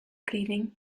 cleaning